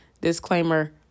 disclaimer